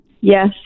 yes